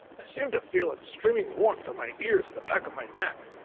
i seem to feel its streaming warmth on my ears and the back of my neck.